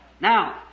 Now